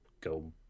go